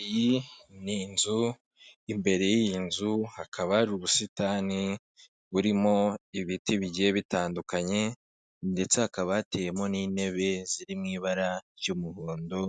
Iyi ni inzu, imbere y'iyi nzu hakaba hari ubusitani burimo ibiti bigiye bitandukanye ndetse hakaba hatewemo n'intebe ziri mu ibara ry'umuhondo